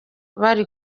bari